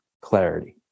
clarity